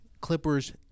Clippers